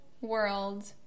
world